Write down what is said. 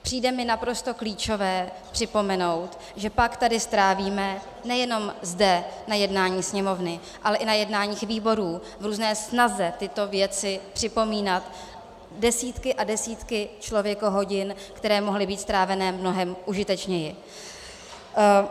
Přijde mi naprosto klíčové připomenout, že pak tady strávíme nejenom zde na jednání Sněmovny, ale i na jednáních výborů v různé snaze tyto věci připomínat desítky a desítky člověkohodin, které mohly být strávené mnohem užitečněji.